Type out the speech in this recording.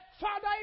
Father